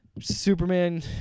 Superman